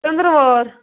ژٕندروار